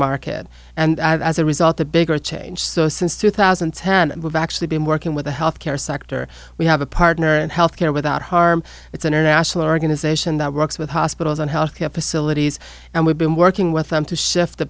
market and as a result a bigger change so since two thousand and ten we've actually been working with the health care sector we have a partner in health care without harm it's an international organization that works with hospitals and health care facilities and we've been working with them to shift the